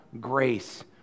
grace